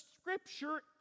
scripture